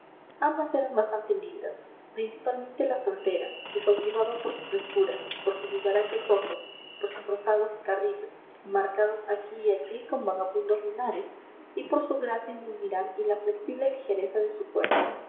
ambas eran bastante lindas principalmente la soltera que cautivaba por su frescura por sus vivarachos ojos por sus rosados carrillos marcados aquí y allí con vagabundos lunares y por su gracia en el mirar y la flexible ligereza de su cuerpo